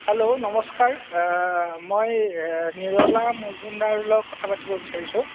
hello নমস্কাৰ মই নিৰলা মজুমদাৰৰ লগত কথা পাতিব বিচাৰিছোঁ